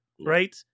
Right